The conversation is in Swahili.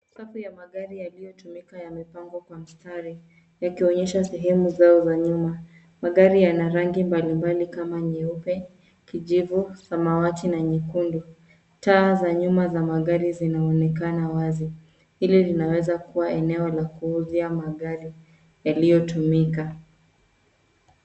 Safu ya magari yaliyotumika yamepangwa kwa mstari yakionyesha sehemu zao za nyuma. Magari yana rangi mbalimbali kama nyeupe, kijivu, samawati na nyekundu. Taa za nyuma za magari zinaonekana wazi. Hili linaweza kuwa eneo la kuuzia magari yaliyotumika.